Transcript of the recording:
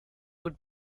would